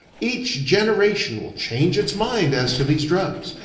each generation will change its mind as to these drugs,